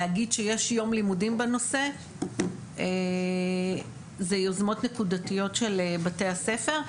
להגיד שיש יום לימודים בנושא זה יוזמות נקודתיות של בתי הספר.